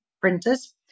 printers